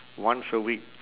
once a week